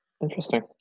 interesting